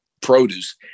produce